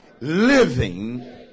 living